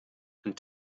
and